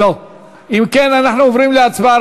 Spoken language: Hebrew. אם כן, אנחנו עוברים להצבעה,